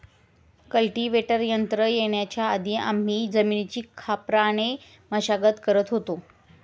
cultivator यंत्र येण्याच्या आधी आम्ही जमिनीची खापराने मशागत करत होतो